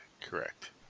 Correct